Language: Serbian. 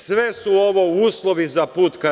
Sve su ovo uslovi za put ka EU.